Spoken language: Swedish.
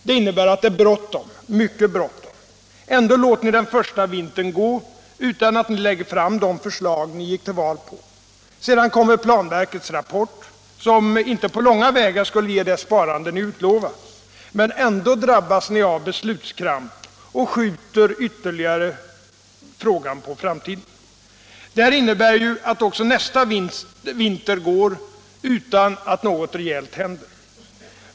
Det innebär att det är bråttom, mycket bråttom. Ändå låter ni den första vintern gå utan att ni lägger fram de förslag ni gick till val på. Sedan kommer planverkets rapport som inte på långa vägar skulle ge det sparande ni utlovat, men ändå drabbas ni av beslutskramp och skjuter frågan ytterligare på framtiden. Det här innebär ju att också nästa vinter går utan att någonting rejält händer.